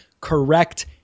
correct